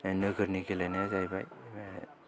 नोगोरनि गेलेनाया जायैबाय